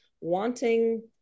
wanting